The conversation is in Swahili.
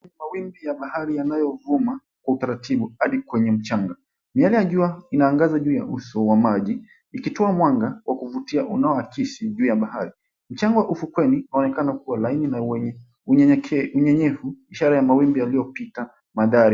Mawimbi ya bahari yanyovuma kwa utaratibu hadi kwenye mchanga. Miale ya jua inaangaza juu ya uso wa maji ikitoa mwanga wa kuvutia unaoakisi juu ya bahari. Mchanga wa ufukweni waonekana kua laini na wenye unyenyeke unyenyevu ishara ya mawimbi yaliopita bandari.